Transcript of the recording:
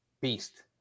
beast